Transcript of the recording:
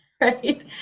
right